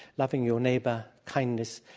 loving your neighbor, kindness,